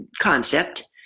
concept